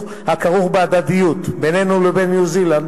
הכרוך בהדדיות בינינו לבין ניו-זילנד,